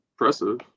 impressive